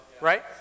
Right